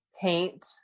paint